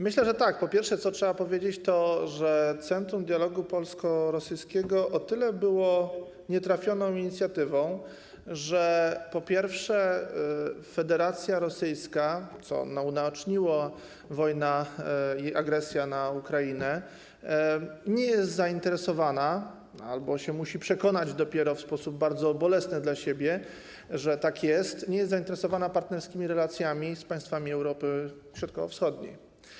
Myślę, że przede wszystkim trzeba powiedzieć, że centrum dialogu polsko-rosyjskiego o tyle było nietrafioną inicjatywą, że po pierwsze, Federacja Rosyjska, co unaoczniła wojna i agresja na Ukrainę, nie jest zainteresowana albo musi się przekonać dopiero w sposób bardzo bolesny dla siebie, że tak jest, nie jest zainteresowana partnerskimi relacjami z państwami Europy Środkowo-Wschodniej.